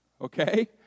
okay